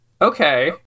Okay